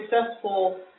successful